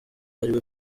ariwe